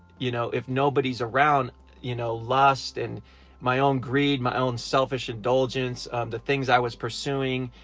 you know if nobody's around you know, lust and my own greed, my own selfish indulgences the things i was pursuing.